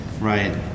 Right